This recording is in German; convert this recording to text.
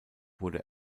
wurde